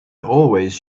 always